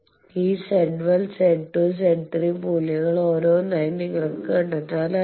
ഈ Z1 Z2 Z3 മൂല്യങ്ങൾ ഓരോന്നായി നിങ്ങൾക്ക് കണ്ടെത്താനാകും